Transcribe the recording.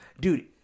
Dude